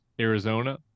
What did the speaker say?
Arizona